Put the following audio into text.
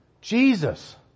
Jesus